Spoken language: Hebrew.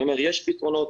אני אומר שיש פתרונות,